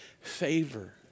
favor